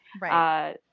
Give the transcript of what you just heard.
Right